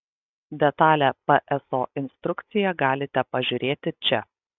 detalią pso instrukciją galite pažiūrėti čia